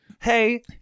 Hey